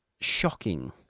shocking